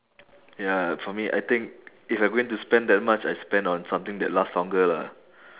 ya for me I think if I going spend that much I spend on something that last longer lah